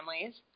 families